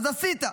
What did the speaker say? אז עשית.